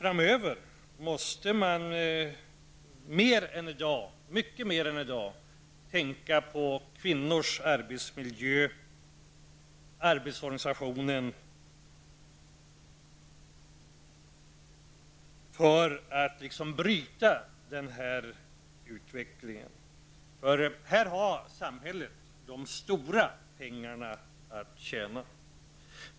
Detta säger oss att man mycket mer än i dag måste tänka på arbetsorganisationen när det gäller kvinnors arbetsmiljö, för att bryta denna utveckling. Här har samhället de stora pengarna att tjäna.